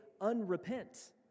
unrepent